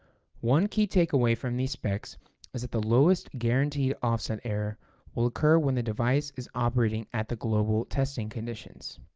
one key takeaway from these specs is that the lowest guaranteed offset error will occur when the device is operating at the global testing conditions.